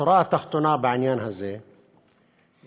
השורה התחתונה בעניין הזה היא,